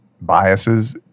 biases